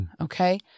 Okay